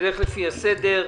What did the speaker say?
נלך לפי הסדר,